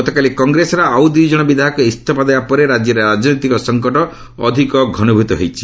ଗତକାଲି କଂଗ୍ରେସର ଆଉ ଦୁଇଜଣ ବିଧାୟକ ଇସ୍ତଫା ଦେବା ପରେ ରାଜ୍ୟରେ ରାଜନୈତିକ ସଂକଟ ଅଧିକ ଘନୀଭୂତ ହୋଇଛି